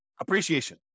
appreciation